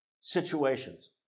situations